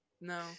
no